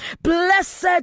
Blessed